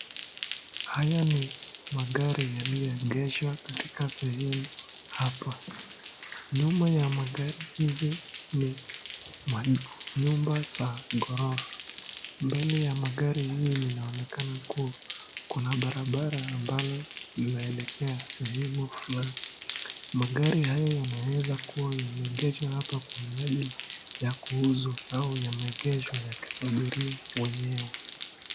Haya ni magari yaliyoegeshwa katika sehemu hapa. Nyuma ya magari hizi ni majengo za gorofa. Mbele ya magari hiyo inaonekana kuwa kuna barabara ambalo linaelekea sehemu fulani. Magari hayo yanaweza kuwa yameegeshwa hapa kwa minajili ya kuuzwa au yameegeshwa yakisubiria wenyewe.